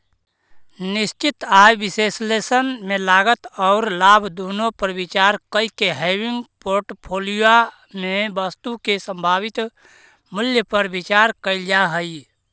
निश्चित आय विश्लेषण में लागत औउर लाभ दुनो पर विचार कईके हेविंग पोर्टफोलिया में वस्तु के संभावित मूल्य पर विचार कईल जा हई